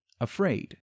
afraid